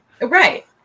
Right